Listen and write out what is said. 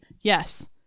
Yes